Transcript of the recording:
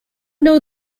know